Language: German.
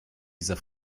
dieser